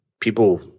people